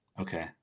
Okay